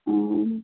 ওঁ